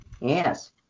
Yes